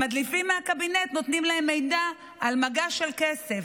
המדליפים מהקבינט נותנים להם מידע על מגש של כסף.